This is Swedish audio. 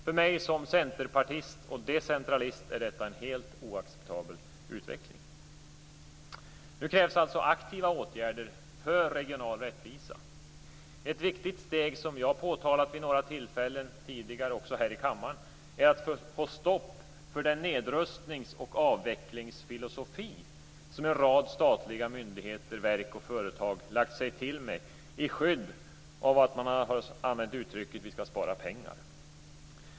För mig som centerpartist och decentralist är detta en helt oacceptabel utveckling. Nu krävs alltså aktiva åtgärder för regional rättvisa. Ett viktigt steg, som vi har påtalat också vid tidigare tillfällen här i kammaren, är att få ett stopp för den nedrustnings och avvecklingsfilosofi som en rad statliga myndigheter, verk och företag lagt sig till med i skydd av uttrycket: Vi skall spara pengar.